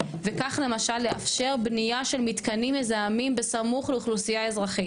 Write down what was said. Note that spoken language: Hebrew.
וכך למשל לאפשר בנייה של מתקנים מזהמים בסמוך לאוכלוסייה האזרחית,